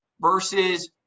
versus